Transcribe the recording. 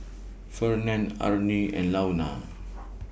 Fernand Arnie and Launa